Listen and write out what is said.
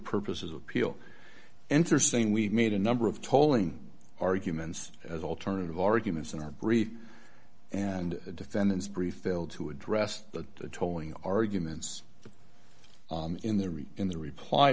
purposes of appeal enter saying we made a number of tolling arguments as alternative arguments in our brief and the defendant's brief failed to address the tolling arguments the in the read in the reply